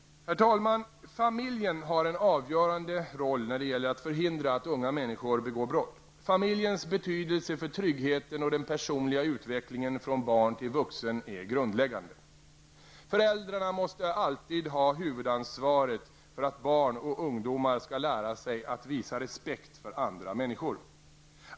Herr talman! Familjen har en avgörande roll när det gäller att förhindra att unga människor begår brott. Familjens betydelse för tryggheten och den personliga utvecklingen från barn till vuxen är grundläggande. Föräldrarna måste alltid ha huvudansvaret för att barn och ungdomar skall lära sig att visa respekt för andra människor.